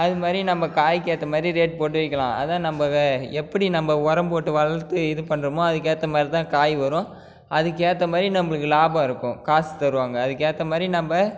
அது மாதிரி நம்ப காய்க்கேற்ற மாதிரி நம்ம ரேட் போட்டு விற்கலாம் அது தான் நம்ப எப்படி நம்ப உரோம் போட்டு வளர்த்து இது பண்றோமோ அதுக்கேற்ற மாதிரி தான் காய் வரும் அதுக்கேற்ற மாதிரி நம்பளுக்கு லாபம் இருக்கும் காசு தருவாங்க அதுக்கேற்ற மாதிரி நம்ப